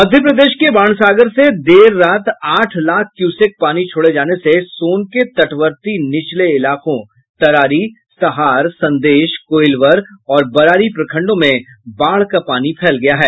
मध्य प्रदेश के बाणसागर से देर रात आठ लाख क्यूसेक पानी छोड़े जाने से सोन के तटवर्ती निचले इलाकों तरारी सहार संदेश कोईलवर और बरारी प्रखण्डों में बाढ़ का पानी फैल गया है